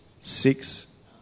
six